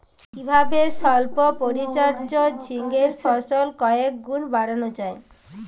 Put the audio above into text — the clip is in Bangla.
কিভাবে সল্প পরিচর্যায় ঝিঙ্গের ফলন কয়েক গুণ বাড়ানো যায়?